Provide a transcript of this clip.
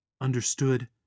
Understood